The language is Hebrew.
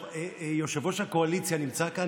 יושב-ראש הקואליציה נמצא כאן?